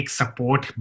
support